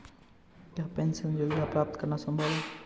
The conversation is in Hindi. क्या पेंशन योजना प्राप्त करना संभव है?